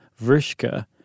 vrishka